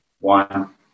one